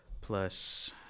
plus